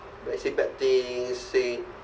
like say bad things say